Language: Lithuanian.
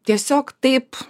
tiesiog taip